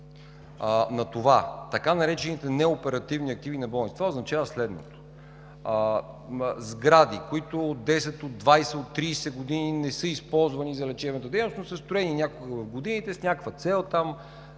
на това така наречените „неоперативни активи на болницата”... Това означала следното. Сгради, които от 10, 20, 30 години не са използвани за лечебна дейност, но строени някога в годините с някаква цел по